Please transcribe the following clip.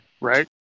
Right